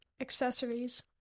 accessories